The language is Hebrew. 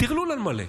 טרלול על מלא.